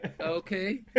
Okay